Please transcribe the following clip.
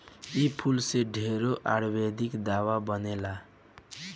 इ फूल से ढेरे आयुर्वेदिक दावा बनेला